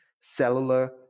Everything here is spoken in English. cellular